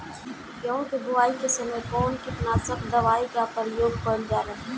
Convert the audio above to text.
गेहूं के बोआई के समय कवन किटनाशक दवाई का प्रयोग कइल जा ला?